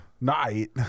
Night